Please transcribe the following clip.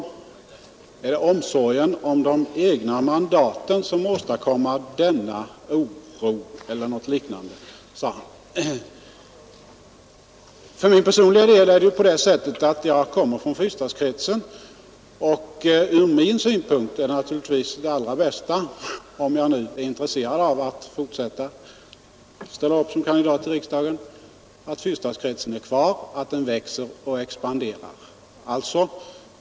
Herr Henningsson frågade om det är omsorgen om de egna mandaten som åstadkommer denna oro. Personligen kommer jag från fyrstadskretsen, och ur min synpunkt är det naturligtvis allra bäst — om jag är intresserad av att även i fortsättningen ställa upp som kandidat till riksdagen — att fyrstadskretsen är kvar och får expandera.